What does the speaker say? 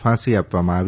ફાંસી આપવામાં આવી